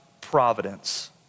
providence